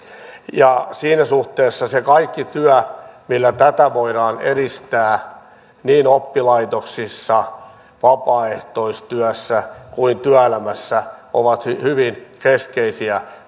siinä suhteessa se kaikki työ millä tätä voidaan edistää niin oppilaitoksissa vapaaehtoistyössä kuin työelämässä on hyvin keskeistä ja